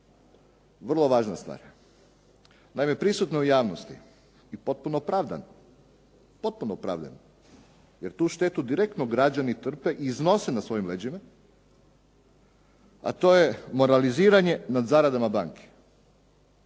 vrlo važna stvar. Naime, prisutno je u javnosti i potpuno opravdano, potpuno opravdano, jer tu štetu direktno građani trpe i iznose na svojim leđima, a to je moraliziranje nad zaradama banke.